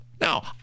Now